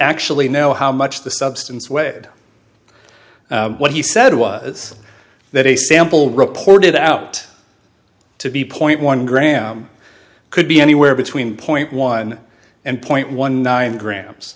actually know how much the substance weighed what he said was that a sample reported out to be point one gram could be anywhere between point one and point one nine grams